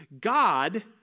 God